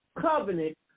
covenant